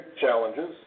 challenges